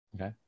okay